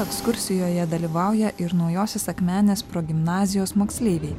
ekskursijoje dalyvauja ir naujosios akmenės progimnazijos moksleiviai